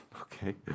Okay